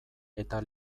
eta